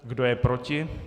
Kdo je proti?